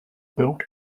built